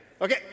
Okay